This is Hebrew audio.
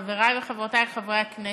חברי וחברותי חברי הכנסת,